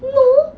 no